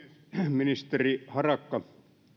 ministeri harakka